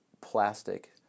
plastic